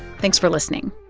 thanks for listening